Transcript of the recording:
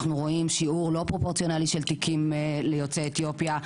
אנחנו רואים שיעור לא פרופורציונלי של תיקים ליוצאי אתיופיה.